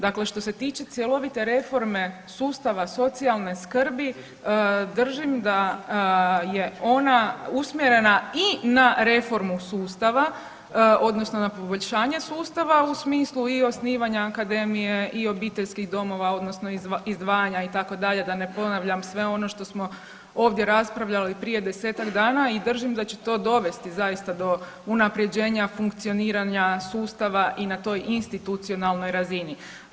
Dakle, što se tiče cjelovite reforme sustava socijalne skrbi držim da je ona usmjerena i na reformu sustava odnosno na poboljšanje sustava u smislu i osnivanja akademije i obiteljskih domova odnosno izdvajanja itd. da ne ponavljam sve ono što smo ovdje raspravljali prije 10-tak dana i držim da će to dovesti zaista do unaprjeđenja funkcioniranja sustava i na toj institucionalnoj razini.